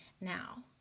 now